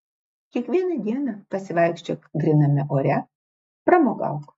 kiekvieną dieną pasivaikščiok gryname ore pramogauk